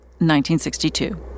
1962